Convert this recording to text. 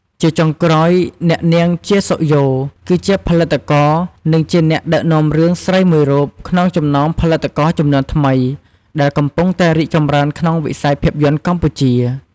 ជាចុងក្រោយ អ្នកនាង ជា សុខយ៉ូ គឺជាផលិតករ និងជាអ្នកដឹកនាំរឿងស្រីមួយរូបក្នុងចំណោមផលិតករជំនាន់ថ្មីដែលកំពុងតែរីកចម្រើនក្នុងវិស័យភាពយន្តកម្ពុជា។